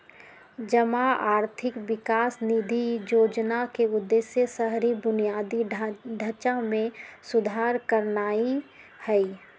जमा आर्थिक विकास निधि जोजना के उद्देश्य शहरी बुनियादी ढचा में सुधार करनाइ हइ